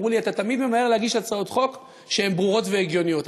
ואמרו לי: אתה תמיד ממהר להגיש הצעות חוק שהן ברורות והגיוניות.